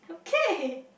okay